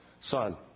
son